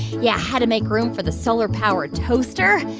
yeah, had to make room for the solar-powered toaster.